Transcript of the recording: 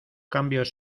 cambios